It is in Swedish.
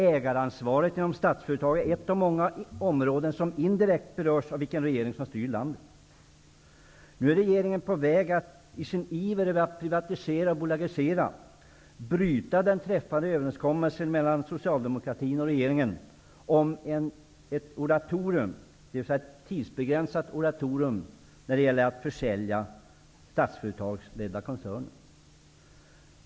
Ägaransvaret för statliga företag är ett av de saker som indirekt berörs av vilken regering som styr landet. Nu är regeringen på väg att i sin iver att privatisera och bolagisera bryta den träffade överenskommelsen mellan socialdemokraterna och regeringen om ett tidsbegränsat moratorium när det gäller att försälja koncerner ledda av statliga företag.